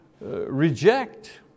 reject